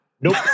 Nope